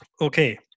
Okay